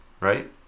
right